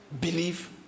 believe